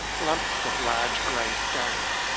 lumps of large grey stone,